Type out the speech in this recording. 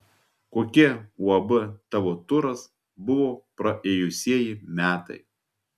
kokie uab tavo turas buvo praėjusieji metai